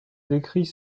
décrit